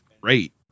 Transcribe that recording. great